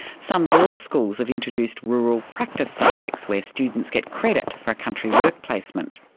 some law schools have introduced rural practice subjects where students get credit for a country work placement.